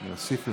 אני אוסיף לך.